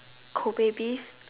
Kobe beef